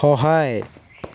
সহায়